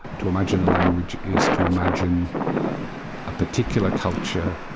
to imagine a language is to imagine a particular culture,